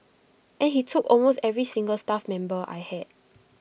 and he took almost every single staff member I had